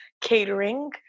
catering